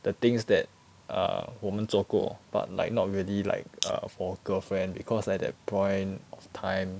the things that err 我们做过 but like not really like err for girlfriend because at that point of time